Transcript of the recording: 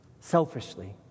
Selfishly